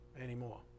anymore